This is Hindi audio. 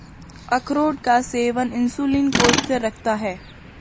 अखरोट का सेवन इंसुलिन को स्थिर रखता है